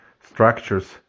structures